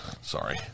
Sorry